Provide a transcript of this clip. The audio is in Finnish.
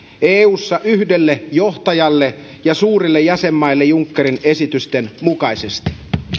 eussa yhdelle johtajalle ja suurille jäsenmaille junckerin esitysten mukaisesti